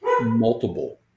multiple